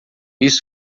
isso